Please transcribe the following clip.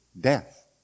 death